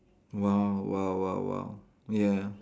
!wow! !wow! !wow! !wow! ya